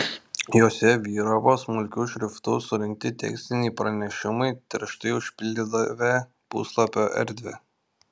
juose vyravo smulkiu šriftu surinkti tekstiniai pranešimai tirštai užpildydavę puslapio erdvę